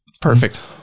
Perfect